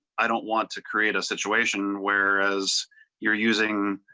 i don't want to create a situation where as you're using.